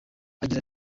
agira